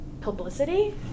publicity